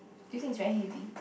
do you think it's very heavy